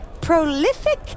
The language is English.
prolific